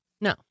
No